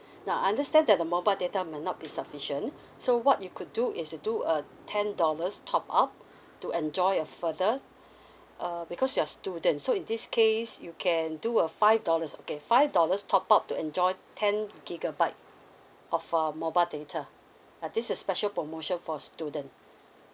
now I understand that the mobile data might not be sufficient so what you could do is to do err ten dollars top up to enjoy a further uh because you are student so in this case you can do a five dollars okay five dollars top up to enjoy ten gigabyte of uh mobile data uh this is special promotion for students